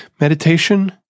meditation